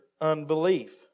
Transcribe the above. unbelief